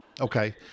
Okay